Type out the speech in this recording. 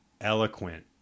eloquent